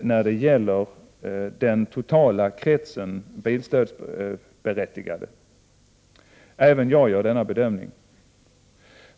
när det gäller den 23 totala kretsen bilstödsberättigade. Även jag gör denna bedömning.